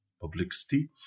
Publicity